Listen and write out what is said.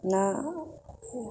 ना